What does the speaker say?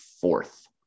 fourth